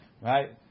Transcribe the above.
right